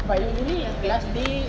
but you really the last day